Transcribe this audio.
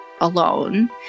alone